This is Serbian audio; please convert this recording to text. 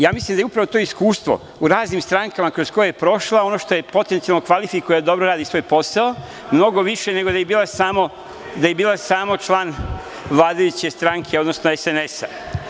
Ja mislim da je upravo to iskustvo u raznim strankama kroz koje je prošla ono što je potencijalno kvalifikuje da dobro radi svoj posao, mnogo više nego da je bila samo član vladajuće stranke, odnosno SNS-a.